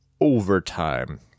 overtime